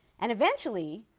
and eventually,